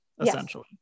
essentially